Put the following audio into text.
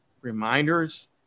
reminders